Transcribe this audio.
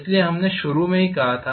इसलिए हमने शुरुआत में ही कहा था